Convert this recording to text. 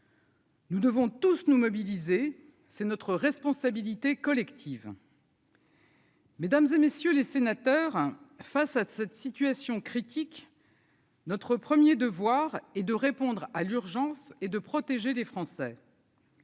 Nous devons tous nous mobiliser, c'est notre responsabilité collective. Mesdames et messieurs les sénateurs, face à cette situation critique. Notre 1er devoir est de répondre à l'urgence et de protéger des Français.